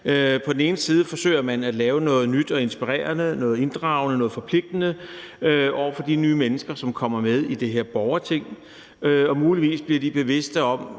På den ene side forsøger man at lave noget nyt og inspirerende, noget inddragende, noget forpligtende for de nye mennesker, som kommer med i det her borgerting, og muligvis bliver de bevidste om,